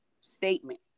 statement